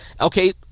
Okay